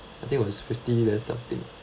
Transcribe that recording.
I think it was fifty then something